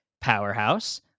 Powerhouse